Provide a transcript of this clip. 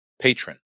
Patron